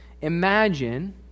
Imagine